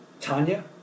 Tanya